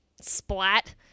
splat